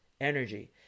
energy